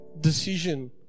decision